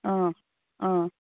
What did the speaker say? অঁ অঁ